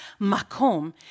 Makom